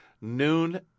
noon